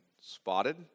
spotted